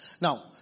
Now